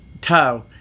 toe